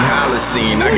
Holocene